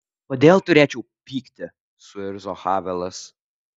kodėl turėčiau pykti suirzo havelas